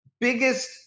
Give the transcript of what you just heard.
biggest